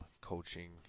coaching